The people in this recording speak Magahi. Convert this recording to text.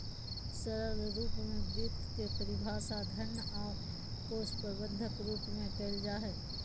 सरल रूप में वित्त के परिभाषा धन और कोश प्रबन्धन रूप में कइल जा हइ